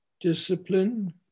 discipline